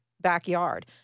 backyard